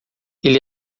ele